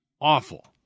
awful